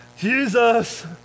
Jesus